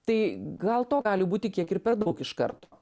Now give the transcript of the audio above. tai gal to gali būti kiek ir per daug iš karto